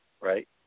Right